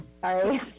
Sorry